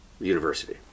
university